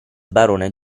barone